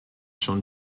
schon